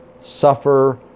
suffer